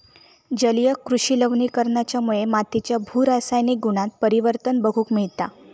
जलीय कृषि लवणीकरणाच्यामुळे मातीच्या भू रासायनिक गुणांत परिवर्तन बघूक मिळता